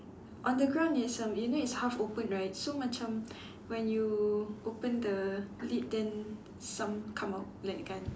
on the ground is erm you know it's half open right so macam when you open the lid then some come out that kind